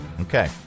Okay